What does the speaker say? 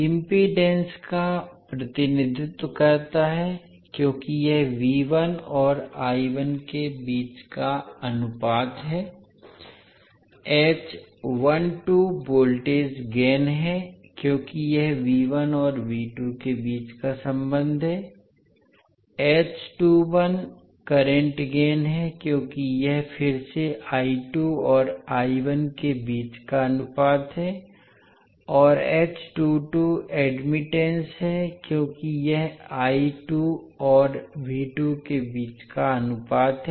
impedance का प्रतिनिधित्व करता है क्योंकि यह और के बीच का अनुपात है वोल्टेज गेन है क्योंकि यह और के बीच का संबंध है करंट गेन है क्योंकि यह फिर से और के बीच का अनुपात है और एडमिटन्स है क्योंकि यह और के बीच का अनुपात है